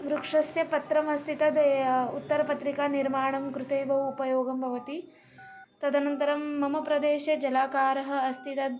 वृक्षस्य पत्रमस्ति तद् या उत्तरपत्रिकानिर्माणं कृते बहु उपयोगं भवति तदनन्तरं मम प्रदेशे जलाकारः अस्ति तद्